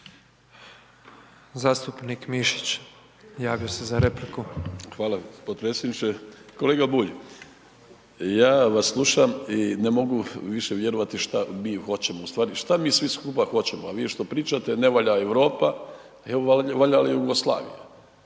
za repliku. **Mišić, Ivica (Nezavisni)** Hvala potpredsjedniče. Kolega Bulj, ja vas slušam i ne mogu više vjerovati šta mi hoćemo, ustvari šta mi svi skupa hoćemo, a vi što pričate, ne valja Europa, evo valja li Jugoslavija?